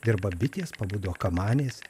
dirba bitės pabudo kamanės